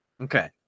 Okay